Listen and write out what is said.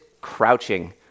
crouching